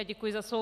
Děkuji za slovo.